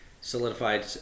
solidified